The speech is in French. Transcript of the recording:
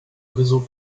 réseau